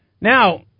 Now